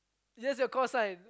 just your call sign